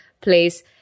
place